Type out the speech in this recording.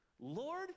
Lord